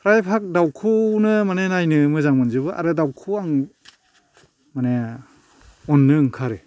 फ्राय भाग दाउखौनो माने नायनो मोजां मोनजोबो आरो दाउखौ आं माने अननो ओंखारो